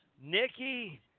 Nikki